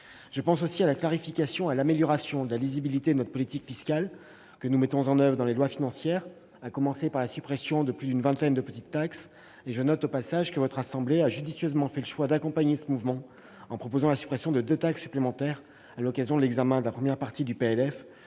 Je pense aussi à la clarification et à l'amélioration de la lisibilité de la politique fiscale que nous mettons en oeuvre dans les lois financières, à commencer par la suppression de plus d'une vingtaine de petites taxes. Je note, au passage, que votre assemblée a judicieusement fait le choix d'accompagner ce mouvement en proposant la suppression de deux taxes supplémentaires lors de l'examen de la première partie du